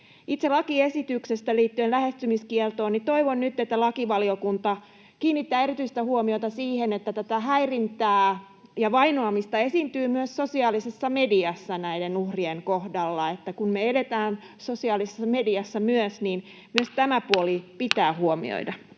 itse lakiesityksestä liittyen lähestymiskieltoon: Toivon nyt, että lakivaliokunta kiinnittää erityistä huomiota siihen, että tätä häirintää ja vainoamista esiintyy myös sosiaalisessa mediassa näiden uhrien kohdalla. Eli kun me eletään myös sosiaalisessa mediassa, niin myös tämä puoli pitää huomioida.